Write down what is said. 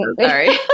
sorry